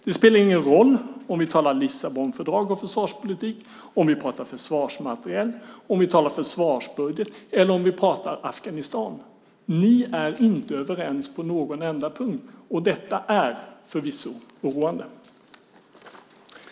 Det spelar ingen roll om vi talar Lissabonfördraget och försvarspolitik, om vi pratar försvarsmateriel, om vi talar försvarsbudget eller om vi pratar Afghanistan - ni är inte överens på någon enda punkt, och detta är förvisso oroande.